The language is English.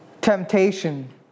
temptation